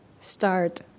start